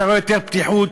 אתה רואה יותר פתיחות,